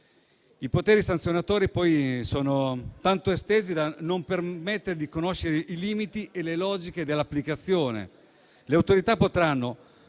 I poteri sanzionatori poi sono tanto estesi da non permettere di conoscere i limiti e le logiche dell'applicazione. Le autorità potranno